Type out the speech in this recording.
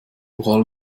ural